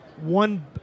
one